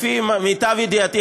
לפי מיטב ידיעתי,